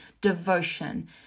devotion